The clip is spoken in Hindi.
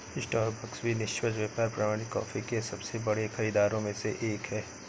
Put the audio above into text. स्टारबक्स भी निष्पक्ष व्यापार प्रमाणित कॉफी के सबसे बड़े खरीदारों में से एक है